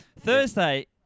Thursday